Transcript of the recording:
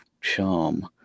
charm